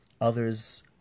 Others